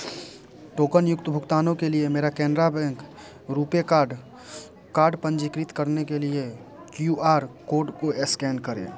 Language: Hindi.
टोकनयुक्त भुगतानो के लिए मेरा Canara bank RuPay card card पंजीकृत करने के लिए क्यू आर कोड को एस्कैन करें